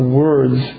words